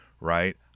right